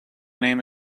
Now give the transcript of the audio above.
name